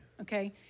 okay